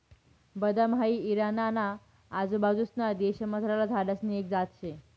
बदाम हाई इराणा ना आजूबाजूंसना देशमझारला झाडसनी एक जात शे